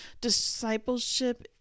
discipleship